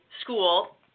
school